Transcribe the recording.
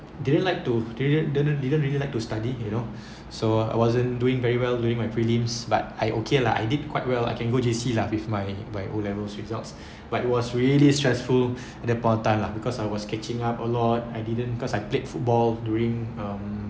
didn't like to didn't didn't didn't really like to study you know so I wasn't doing very well during my prelims but I okay lah I did quite well I can go J_C lah with my my O levels results but it was really stressful at that point in time lah because I was catching up a lot I didn't because I played football during um